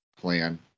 plan